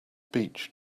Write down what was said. beach